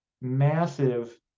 massive